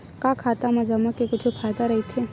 का खाता मा जमा के कुछु फ़ायदा राइथे?